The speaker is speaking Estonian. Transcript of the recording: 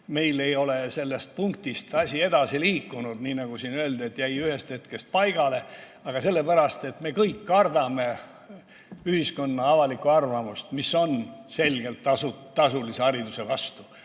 meil ei ole asi sellest punktist edasi liikunud, miks, nii nagu siin öeldi, jäi see ühel hetkel paigale. Aga sellepärast, et me kõik kardame ühiskonna avalikku arvamust, mis on selgelt tasulise hariduse vastu.